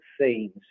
themes